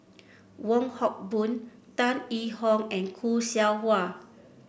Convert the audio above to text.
Wong Hock Boon Tan Yee Hong and Khoo Seow Hwa